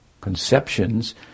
conceptions